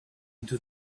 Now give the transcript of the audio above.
into